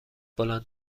بلند